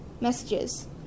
messages